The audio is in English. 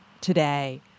today